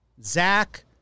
Zach